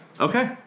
Okay